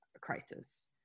crisis